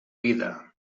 vida